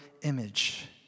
image